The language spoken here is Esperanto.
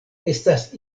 estas